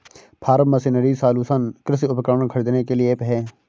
form machinery solution कृषि उपकरण खरीदने के लिए ऐप है